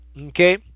okay